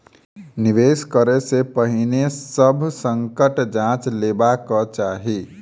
निवेश करै से पहिने सभ संकट जांइच लेबाक चाही